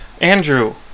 Andrew